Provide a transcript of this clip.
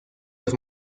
los